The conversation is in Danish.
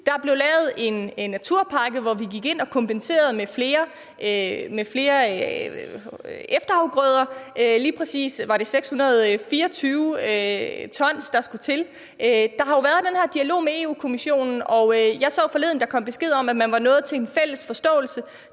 Der blev lavet en naturpakke, hvor vi gik ind og kompenserede med flere efterafgrøder, det var lige præcis 624 t, der skulle til. Der har jo været den her dialog med Europa-Kommissionen, og jeg så forleden, at der kom besked om, at man var nået til en fælles forståelse.